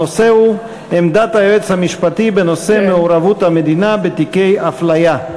הנושא הוא: עמדת היועץ המשפטי בנושא מעורבות המדינה בתיקי אפליה.